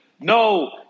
No